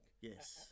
Yes